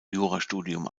jurastudium